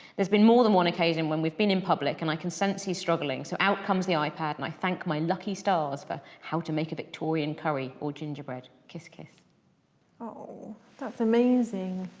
there's been more than one occasion when we've been in public and i can sense he is struggling, so out comes the ipad and i thank my lucky stars for how to make a victorian curry or gingerbread. kiss kiss oh that's amazing.